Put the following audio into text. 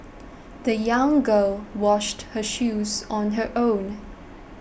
the young girl washed her shoes on her own